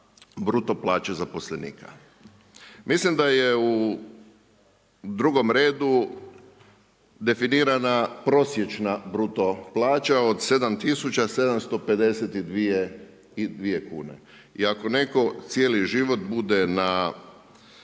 bruto plaće zaposlenika. Mislim da je u drugom redu definirana prosječna bruto plaća od 7752 kune. I ako netko cijeli život bude na